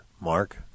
mark